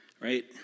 right